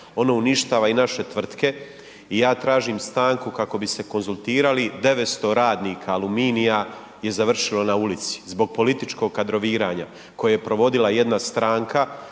ono uništava i naše tvrtke i ja tražim stanku kako bi se konzultirali, 900 radnika Aluminija je završilo na ulici zbog političkog kadroviranja koje je provodila jedna stranka